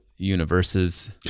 universes